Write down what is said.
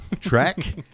track